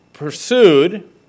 pursued